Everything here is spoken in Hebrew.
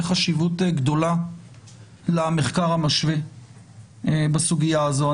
חשיבות גדולה למחקר המשווה בסוגיה הזאת.